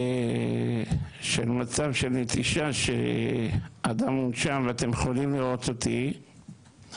של מצב נטישה של אדם מונשם ואתם יכולים לראות אותי,